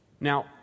Now